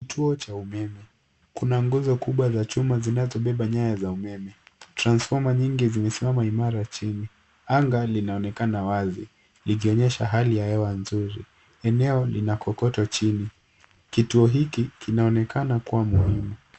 Kituo cha umeme. Kuna nguzo kubwa za chuma zinazobeba nyaya za umeme. Transfoma nyingi zimesimama imara chini. Anga linaonekana wazi, likionyesha hali ya hewa nzuri. Eneo linakokoto chini. Kituo hiki, kinaonekana kuwa muhimu.